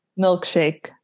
Milkshake